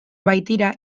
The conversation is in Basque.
baitira